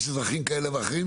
יש אזרחים כאלה ואחרים.